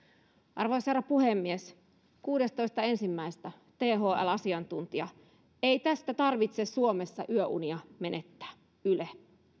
arvoisa herra puhemies kuudestoista ensimmäistä thln asiantuntija ei tästä tarvitse suomessa yöunia menettää yle